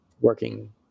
working